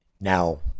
now